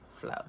flow